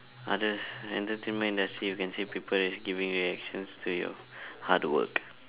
others entertainment industry you can see people giving reactions to your hard work